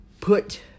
put